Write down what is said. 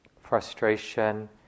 frustration